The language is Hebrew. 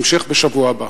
המשך בשבוע הבא.